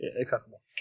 accessible